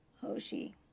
Hoshi